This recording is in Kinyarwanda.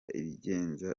ibigenza